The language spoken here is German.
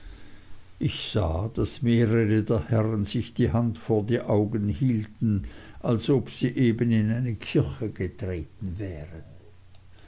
ich sah daß mehrere der herren sich die hand vor die augen hielten als ob sie eben in eine kirche getreten wären